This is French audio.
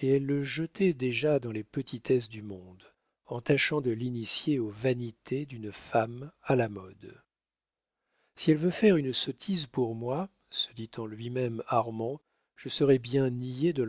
et elle le jetait déjà dans les petitesses du monde en tâchant de l'initier aux vanités d'une femme à la mode si elle veut faire une sottise pour moi se dit en lui-même armand je serais bien niais de